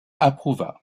approuva